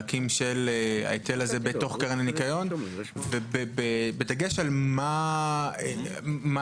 אתייחס לנקודות המרכזיות בהצעת החוק כפי שמוגשת לשולחן הוועדה.